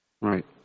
Right